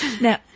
Now